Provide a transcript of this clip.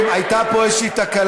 יש פה תקלה.